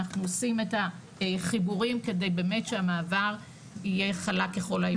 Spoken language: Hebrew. אנחנו עושים את החיבורים כדי שבאמת המעבר יהיה חלק ככל האפשר.